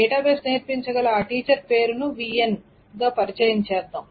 database నేర్పించగల ఆ teacher పేరును VN గా పరిచయంచేద్దాం